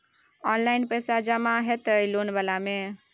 Online पैसा जमा हते लोन वाला में?